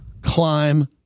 climb